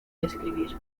describir